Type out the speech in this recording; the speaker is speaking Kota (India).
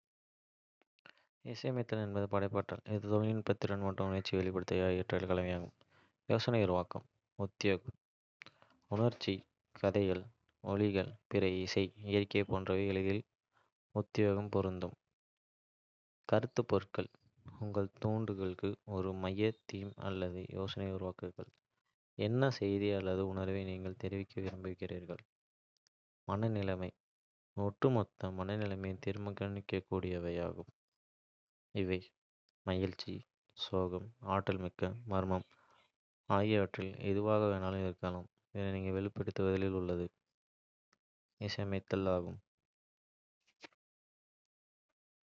ஒரு நடன வழக்கத்தை உருவாக்குவது படைப்பாற்றல், தொழில்நுட்ப திறன் மற்றும் உணர்ச்சி வெளிப்பாடு ஆகியவற்றின் கலவையாகும். செயல்முறையின் முறிவு இங்கே. யோசனை உருவாக்கம். உத்வேகம் உணர்ச்சிகள், கதைகள், ஒலிகள், பிற இசை, இயற்கை போன்ற எதிலிருந்தும் உத்வேகம் பெறுங்கள். கருப்பொருள்கள், உங்கள் துண்டுக்கு ஒரு மைய தீம் அல்லது யோசனையை உருவாக்குங்கள். என்ன செய்தி அல்லது உணர்வை நீங்கள் தெரிவிக்க விரும்புகிறீர்கள். மனநிலை ஒட்டுமொத்த மனநிலையை தீர்மானிக்கவும் (மகிழ்ச்சி, சோகம், ஆற்றல்மிக்க, மர்மமான, முதலியன).